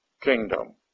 kingdom